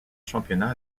championnat